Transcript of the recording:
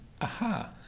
Aha